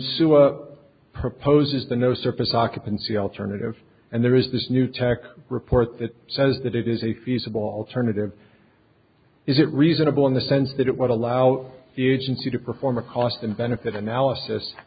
up proposes the no surface occupancy alternative and there is this new tech report that says that it is a feasible alternative is it reasonable in the sense that it would allow the agency to perform a cost and benefit analysis